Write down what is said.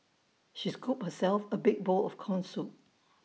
she scooped herself A big bowl of Corn Soup